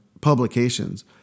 publications